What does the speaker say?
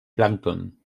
plàncton